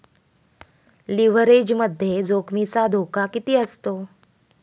लिव्हरेजमध्ये जोखमीचा धोका किती असतो?